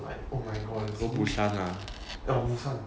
like oh my god like 彭谷山 err muishan